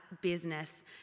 business